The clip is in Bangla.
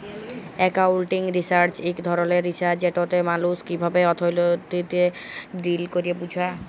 একাউলটিং রিসার্চ ইক ধরলের রিসার্চ যেটতে মালুস কিভাবে অথ্থলিতিতে ডিল ক্যরে বুঝা